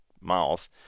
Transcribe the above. mouth